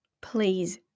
please